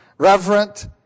reverent